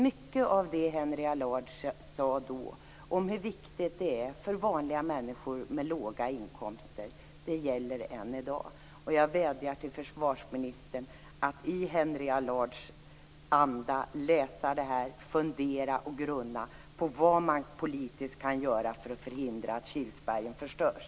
Mycket av det som Henry Allard sade då om hur viktigt friluftslivet är för vanliga människor med låga inkomster gäller än i dag. Jag vädjar till försvarsministern att i Henry Allards anda läsa detta, fundera och grunna på vad man politiskt kan göra för att förhindra att Kilsbergen förstörs.